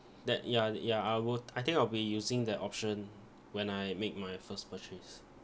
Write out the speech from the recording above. that ya ya I would I think I'll be using that option when I make my first purchase